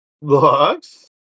Lux